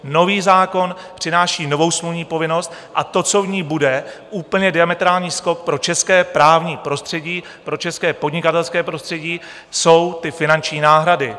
Nový zákon přináší novou smluvní povinnost a to, co v ní bude, úplně diametrální skok pro české právní prostředí, pro české podnikatelské prostředí, jsou ty finanční náhrady.